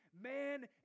man